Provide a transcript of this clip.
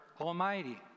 Almighty